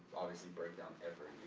obviously break down every